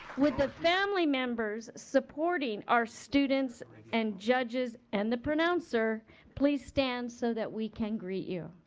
would the family members supporting our students and judges and the pronouncer please stand so that we can greet you?